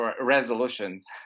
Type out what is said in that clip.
resolutions